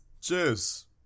Cheers